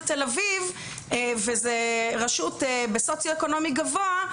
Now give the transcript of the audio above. תל-אביב וזה רשות במצב סוציו-אקונומי גבוה,